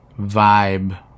vibe